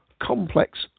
complex